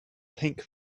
pink